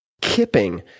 Kipping